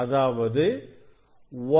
அதாவது 1